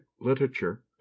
literature